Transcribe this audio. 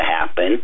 happen